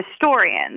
historians